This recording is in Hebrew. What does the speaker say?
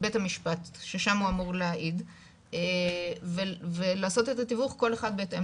בית המשפט ששם הוא אמור להעיד כל אחד בהתאם